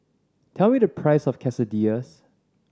tell me the price of Quesadillas